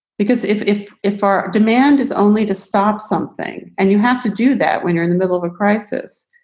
because if if if our demand is only to stop something and you have to do that when you're in the middle of a crisis,